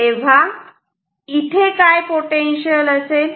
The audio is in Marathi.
तेव्हा इथे काय पोटेन्शियल असेल